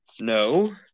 No